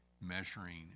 measuring